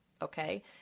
Okay